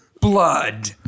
Blood